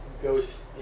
goes